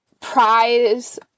prize